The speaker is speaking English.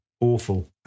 awful